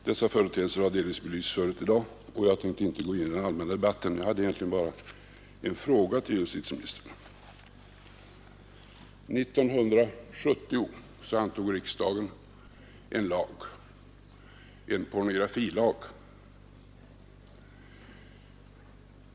Dessa företeelser har delvis belysts förut i dag, och jag hade inte tänkt gå in i den allmänna debatten. Jag hade egentligen bara en fråga att ställa till justitieministern. 1970 antog riksdagen en pornografilag.